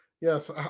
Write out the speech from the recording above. Yes